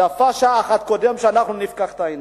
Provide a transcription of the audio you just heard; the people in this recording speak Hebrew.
יפה שעה אחת קודם שנפקח את העיניים.